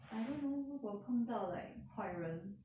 I don't know 如果碰到 like 坏人